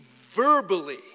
verbally